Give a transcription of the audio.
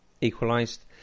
equalised